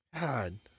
God